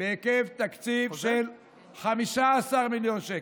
בתקציב שנתי של כ-15 מיליון שקל,